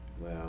Wow